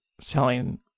selling